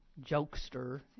jokester